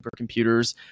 supercomputers